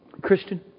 Christian